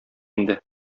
инде